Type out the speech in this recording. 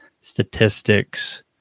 statistics